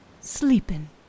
sleeping